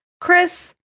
Chris